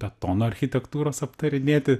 betono architektūros aptarinėti